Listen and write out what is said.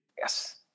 Yes